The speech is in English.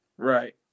Right